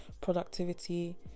productivity